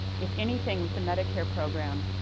if anything with the medicare program,